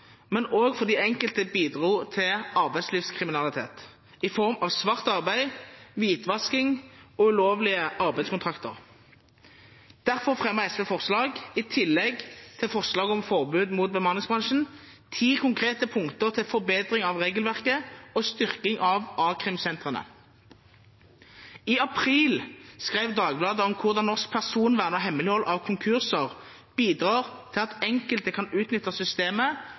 men også fordi enkelte bidro til arbeidslivskriminalitet i form av svart arbeid, hvitvasking og ulovlige arbeidskontrakter. Derfor fremmet SV, i tillegg til forslag om forbud mot bemanningsbransjen, ti konkrete punkter til forbedring av regelverket og styrking av a-krimsentrene. I april skrev Dagbladet om hvordan norsk personvern og hemmelighold av konkurser bidrar til at enkelte kan utnytte systemet